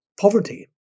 poverty